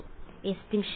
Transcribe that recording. വിദ്യാർത്ഥി എസ്റ്റിൻഷൻ